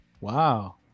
Wow